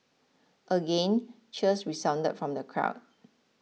again cheers resounded from the crowd